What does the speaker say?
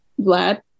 Vlad